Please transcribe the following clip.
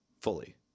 fully